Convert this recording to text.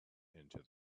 into